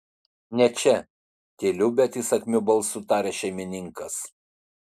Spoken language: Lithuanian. ne čia tyliu bet įsakmiu balsu taria šeimininkas